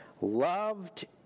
loved